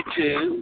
two